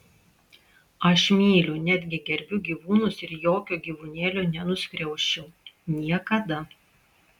aš myliu netgi gerbiu gyvūnus ir jokio gyvūnėlio nenuskriausčiau niekada